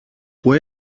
που